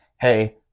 Hey